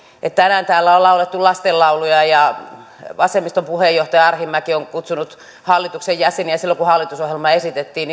tänään täällä on laulettu lastenlauluja ja vasemmiston puheenjohtaja arhinmäki on kutsunut hallituksen jäseniä talousrikollisiksi silloin kun hallitusohjelma esitettiin